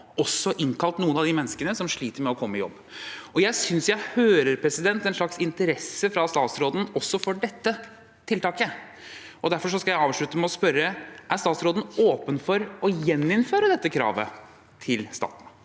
også innkalt noen av de menneskene som sliter med å komme i jobb? Jeg synes jeg hører en slags interesse fra statsråden også for dette tiltaket, og derfor skal jeg avslutte med å spørre: Er statsråden åpen for å gjeninnføre dette kravet til staten?